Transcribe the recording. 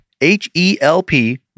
H-E-L-P